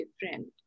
different